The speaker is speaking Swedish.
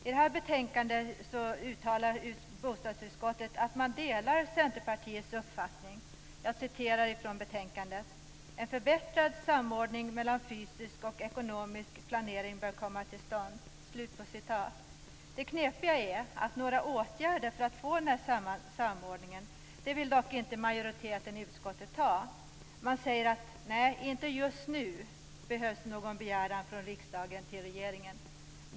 I det här betänkandet uttalar bostadsutskottet att man delar Centerpartiets uppfattning. Jag läser i betänkandet: En förbättrad samordning mellan fysisk och ekonomisk planering bör komma till stånd. Det knepiga är att några åtgärder för att få den här samordningen vill dock inte majoriteten i utskottet vidta. Man säger: Inte just nu behövs någon begäran från riksdagen till regeringen.